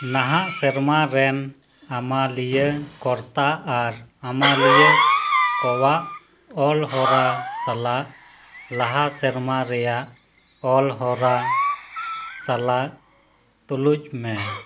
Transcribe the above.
ᱱᱟᱦᱟᱜ ᱥᱮᱨᱢᱟ ᱨᱮᱱ ᱟᱹᱢᱟᱹᱞᱤᱭᱟᱹ ᱠᱚᱨᱛᱟ ᱟᱨ ᱟᱹᱢᱟᱹᱞᱤᱭᱟᱹ ᱠᱚᱣᱟᱜ ᱚᱞ ᱦᱚᱨᱟ ᱥᱟᱞᱟᱜ ᱞᱟᱦᱟ ᱥᱮᱨᱢᱟ ᱨᱮᱭᱟᱜ ᱚᱞ ᱦᱚᱨᱟ ᱥᱟᱞᱟᱜ ᱛᱩᱞᱩᱡ ᱢᱮ